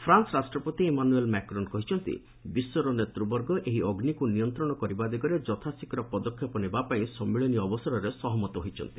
France ରାଷ୍ଟ୍ରପତି Emmanuel Macron କହିଛନ୍ତି ବିଶ୍ୱର ନେତୃବର୍ଗ ଏହି ଅଗ୍ନିକୁ ନିୟନ୍ତ୍ରଣ କରିବା ଦିଗରେ ଯଥାଶୀଘ୍ର ପଦକ୍ଷେପ ନେବା ପାଇଁ ସମ୍ମିଳନୀ ଅବସରରେ ସହମତ ହୋଇଛନ୍ତି